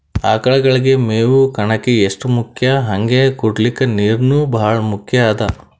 ಆಕಳಗಳಿಗ್ ಮೇವ್ ಕಣಕಿ ಎಷ್ಟ್ ಮುಖ್ಯ ಹಂಗೆ ಕುಡ್ಲಿಕ್ ನೀರ್ನೂ ಭಾಳ್ ಮುಖ್ಯ ಅದಾ